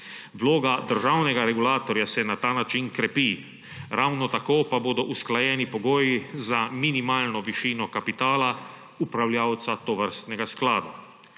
Vloga državnega regulatorja se na ta način krepi, ravno tako pa bodo usklajeni pogoji za minimalno višino kapitala upravljavca tovrstnega sklada.